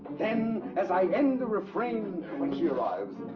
then, as i end the refrain when she arrives,